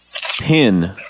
pin